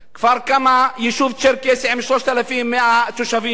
כפר-כמא, יישוב צ'רקסי עם 3,100 תושבים,